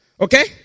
Okay